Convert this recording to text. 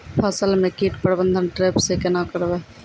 फसल म कीट प्रबंधन ट्रेप से केना करबै?